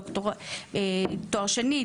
תואר שני,